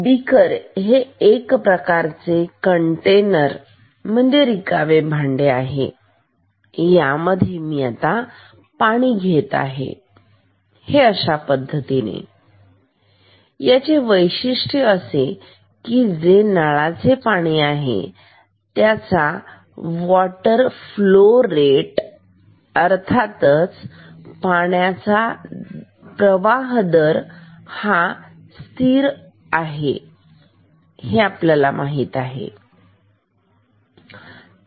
beaker म्हणजे हे एक प्रकारचे कंटेनर रिकामे भांडे आहे आणि यामध्ये मी पाणी घेत आहे अशा पद्धतीने आणि याचे वैशिष्ट्य असे की हे जे नळाचे पाणी आहे त्याचा वॉटर फ्लोव रेट म्हणजे पाण्याचा प्रवाह दर हा स्थिर आहे आणि तुम्हाला माहित आहे